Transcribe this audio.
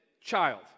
child